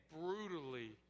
brutally